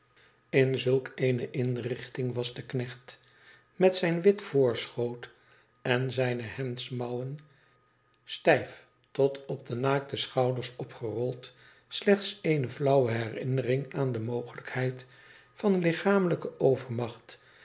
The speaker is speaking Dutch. in znlk eene inrichting was de knecht met zijn wit voorschoot en zijne hemdsmouwen stijf tot op de naakte schouders opgerold slechts eene flauwe herinnering aan de mogelijkheid van lichamelijke overmacht